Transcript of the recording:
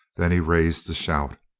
then he raised the shout,